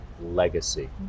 legacy